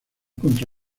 contra